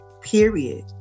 period